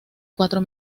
cuatro